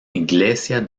iglesia